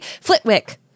Flitwick